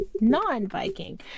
non-Viking